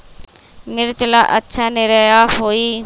मिर्च ला अच्छा निरैया होई?